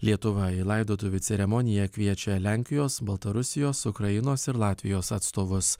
lietuva į laidotuvių ceremoniją kviečia lenkijos baltarusijos ukrainos ir latvijos atstovus